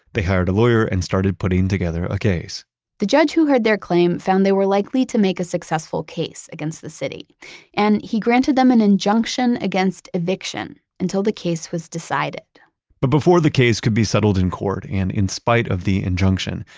they hired a lawyer and started putting together a case the judge who heard their claim found they were likely to make a successful case against the city and he granted them an injunction against eviction until the case was decided but before the case could be settled in court and in spite of the injunction,